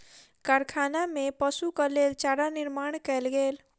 कारखाना में पशुक लेल चारा निर्माण कयल गेल